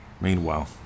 Meanwhile